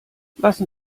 lassen